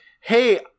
hey